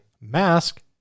mask